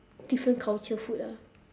different culture food ah